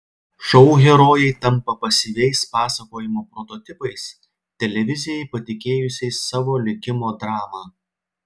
šou herojai tampa pasyviais pasakojimo prototipais televizijai patikėjusiais savo likimo dramą